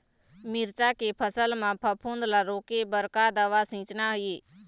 मिरचा के फसल म फफूंद ला रोके बर का दवा सींचना ये?